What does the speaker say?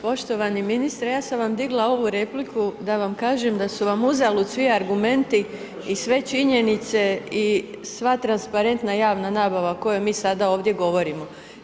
Poštovani ministre, ja sam vam digla ovu repliku da vam kažem da su vam uzalud svi argumenti i sve činjenice i sva transparetna javna nabava o kojoj mi sada ovdje govorimo.